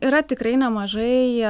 yra tikrai nemažai